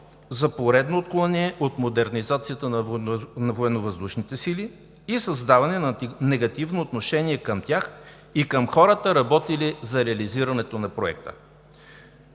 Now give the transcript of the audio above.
за поредно отклонение от модернизацията на Военновъздушните сили и създаване на негативно отношение към тях и към хората, работили за реализирането на Проекта.